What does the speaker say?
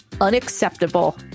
unacceptable